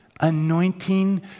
anointing